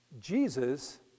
Jesus